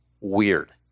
weird